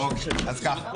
בבקשה.